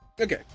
Okay